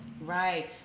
Right